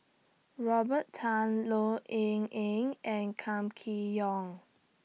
Robert Tan Low Yen Ling and Kam Kee Yong